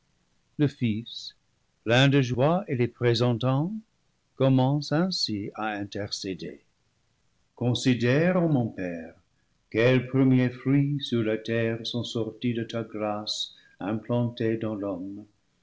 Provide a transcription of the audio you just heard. le fils plein de joie et les présentant commence ainsi à intercéder considère ô mon père quels premiers fruits sur la terre sont sortis de ta grâce implantée dans l'homme